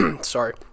sorry